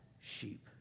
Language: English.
sheep